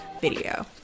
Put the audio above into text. video